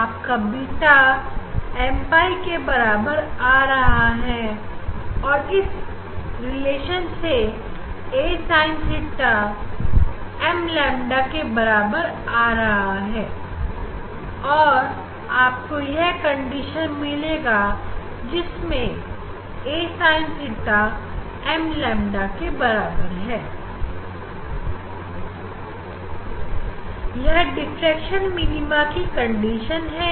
आपका beta m pi के बराबर आ रहा है इस रिलेशन से a sin theta m lambda के बराबर आ रही है और आपको यह कंडीशन मिलेगी जिसमें a sin theta m lambda यह डिफ्रेक्शन मिनीमा की कंडीशन है